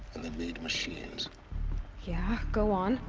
and they made machines yeah, go on!